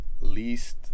least